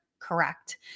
correct